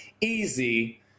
easy